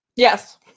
Yes